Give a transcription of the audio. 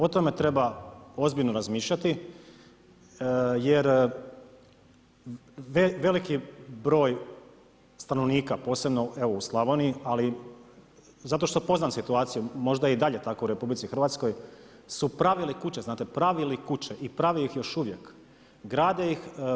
O tome treba ozbiljno razmišljati jer veliki broj stanovnika, posebno evo u Slavoniji ali zato što poznajem situaciju, možda je i dalje tako u RH su pravili kuće, znate pravili kuće i prave ih još uvijek, grade iz.